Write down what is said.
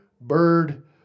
bird